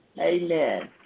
Amen